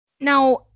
Now